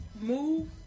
move